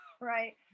right